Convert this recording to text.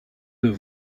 deux